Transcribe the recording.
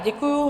Děkuju.